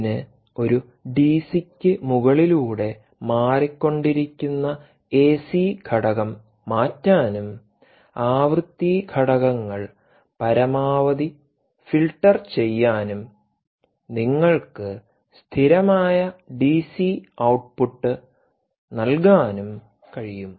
ഇതിന് ഒരു ഡിസിക്ക് മുകളിലൂടെ മാറികൊണ്ടിരിക്കുന്ന എസി ഘടകം മാറ്റാനും ആവൃത്തി ഘടകങ്ങൾ പരമാവധി ഫിൽട്ടർ ചെയ്യാനും നിങ്ങൾക്ക് സ്ഥിരമായ ഡിസി ഔട്ട്പുട്ട് നൽകാനും കഴിയും